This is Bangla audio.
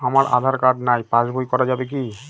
আমার আঁধার কার্ড নাই পাস বই করা যাবে কি?